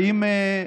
האם,